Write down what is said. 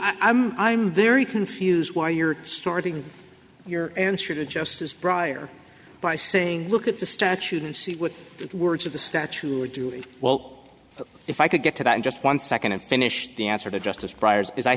i'm i'm very confused why you're starting your answer to justice briar by saying look at the statute and see what the words of the statue are doing well if i could get to that in just one second and finish the answer to justice briar's because i